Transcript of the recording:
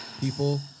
people